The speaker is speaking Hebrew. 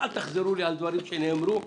אנא אל תחזרו על דברים שנאמרו.